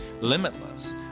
limitless